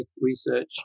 research